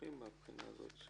מסובכים מהבחינה הזאת.